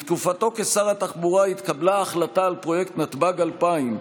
בתקופתו כשר התחבורה התקבלה ההחלטה על פרויקט נתב"ג 2000,